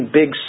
big